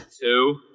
two